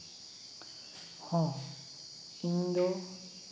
ᱦᱚᱸ ᱤᱧ ᱫᱚ